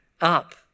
up